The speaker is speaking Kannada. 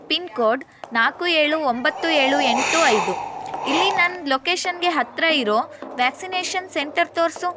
ಪಿನ್ ಕೋಡ್ ನಾಲ್ಕು ಏಳು ಒಂಬತ್ತು ಏಳು ಎಂಟು ಐದು ಇಲ್ಲಿ ನನ್ನ ಲೊಕೇಶನ್ಗೆ ಹತ್ರ ಇರೋ ವ್ಯಾಕ್ಸಿನೇಷನ್ ಸೆಂಟರ್ ತೋರಿಸು